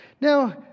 Now